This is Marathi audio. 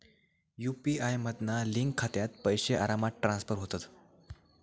यु.पी.आय मधना लिंक खात्यात पैशे आरामात ट्रांसफर होतत